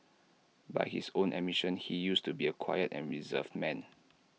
by his own admission he used to be A quiet and reserved man